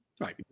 right